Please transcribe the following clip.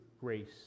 grace